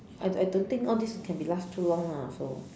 I I don't think all this can be last too long lah so